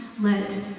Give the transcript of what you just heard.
let